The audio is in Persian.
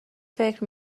فکر